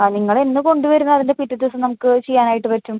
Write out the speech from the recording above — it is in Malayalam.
ആ നിങ്ങളെന്ന് കൊണ്ടുവരുന്നോ അതിന്റെ പിറ്റത്തെ ദിവസം നമുക്ക് ചെയ്യാനായിട്ട് പറ്റും